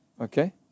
Okay